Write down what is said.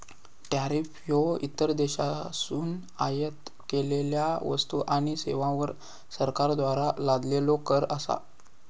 tariff ह्यो इतर देशांतसून आयात केलेल्यो वस्तू आणि सेवांवर सरकारद्वारा लादलेलो कर असा